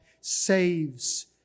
saves